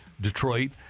Detroit